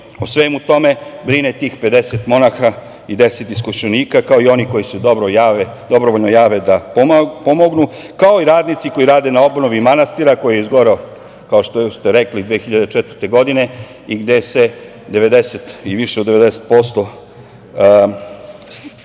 O svemu tome brine tih 50 monaha i 10 iskušenika, kao i onih koji se dobrovoljno jave da pomognu, kao i radnici koji rade na obnovi manastira koji je izgoreo, kao što ste rekli 2004. godine, i gde se više od 90% objekata